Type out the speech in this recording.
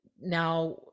now